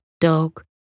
dog